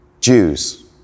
Jews